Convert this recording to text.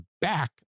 back